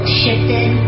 shifted